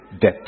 death